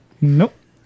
Nope